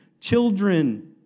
children